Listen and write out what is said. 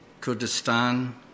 Kurdistan